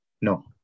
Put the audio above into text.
No